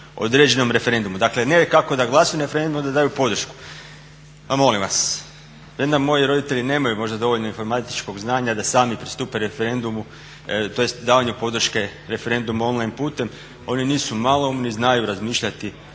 određenom referendumu. Dakle ne kako da glasuju na referendumu nego da daju podršku. Ma molim vas, premda moji roditelji nemaju možda dovoljno informatičkog znanja da sami pristupe referendumu, tj. davanju podrške referendumu on-line putem, oni nisu maloumni, znaju razmišljati